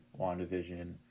WandaVision